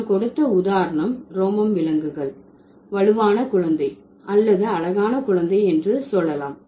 நான் கொடுத்த உதாரணம் உரோமம் விலங்குகள் வலுவான குழந்தை அல்லது அழகான குழந்தை என்று சொல்லலாம்